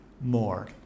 more